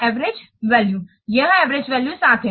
average value यह average value 7 है